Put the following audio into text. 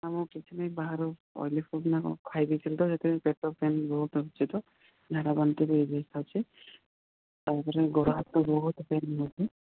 ହଁ ମୁଁ ବାହାରୁ ଖାଇଦେଇଥିଲି ତ ସେଥିପାଇଁ ପେଟ ପେନ୍ ବହୁତ ହେଉଛି ତ ଝାଡ଼ାବାନ୍ତି ବି ତାପରେ ଗୋଡ଼ହାତ ପେନ୍ ବହୁତ ହେଉଛି